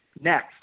Next